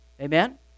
Amen